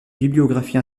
bibliographie